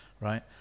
right